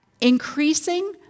increasing